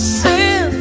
sin